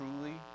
truly